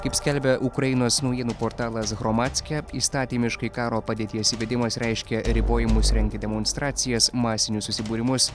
kaip skelbia ukrainos naujienų portalas haromacke įstatymiškai karo padėties įvedimas reiškia ribojimus rengti demonstracijas masinius susibūrimus